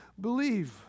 believe